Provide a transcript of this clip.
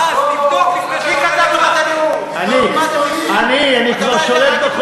אה, אז תבדוק לפני שאתה אומר, אה, אז תבדוק.